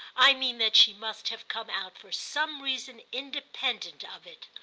i mean that she must have come out for some reason independent of it.